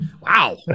wow